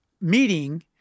meeting